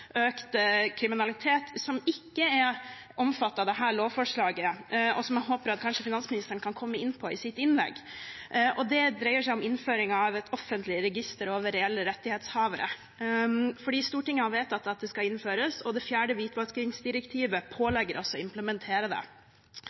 økt kriminalitet som ikke er omfattet av dette lovforslaget, og som jeg håper at finansministeren kan komme inn på i sitt innlegg. Det dreier seg om innføring av et offentlig register over reelle rettighetshavere. Stortinget har vedtatt at det skal innføres, og det fjerde hvitvaskingsdirektivet pålegger oss å implementere det.